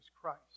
Christ